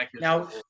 Now